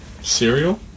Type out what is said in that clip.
cereal